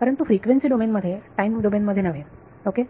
परंतु frequency domain मध्ये time domain मध्ये नव्हे ओके